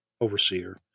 overseer